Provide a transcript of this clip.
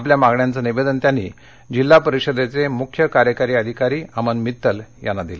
आपल्या मागण्यांचं निवेदन त्यांनी जिल्हा परिषदेचे मुख्य कार्यकारी अधिकारी अमन मित्तल यांना दिलं